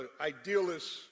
idealist